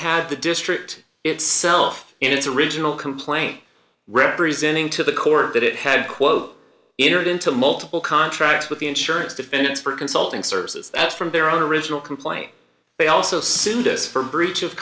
had the district itself in its original complaint representing to the court that it had quote entered into multiple contracts with the insurance defendants for consulting services that from their own original complaint they also sued us for breach